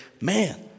man